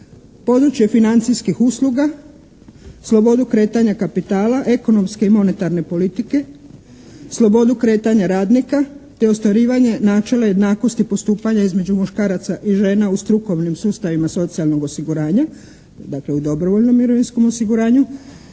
područje financijskih usluga, slobodu kretanja kapitala, ekonomske i monetarne politike, slobodu kretanja radnika te ostvarivanje načela jednakosti postupanja između muškaraca i žena u strukovnim sustavima socijalnog osiguranja dakle u dobrovoljnom mirovinskom osiguranju.